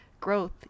growth